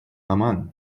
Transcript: оман